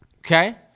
Okay